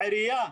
העירייה,